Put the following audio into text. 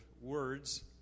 words